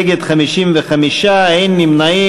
נגד, 55, אין נמנעים.